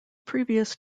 previous